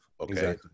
okay